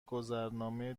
گذرنامه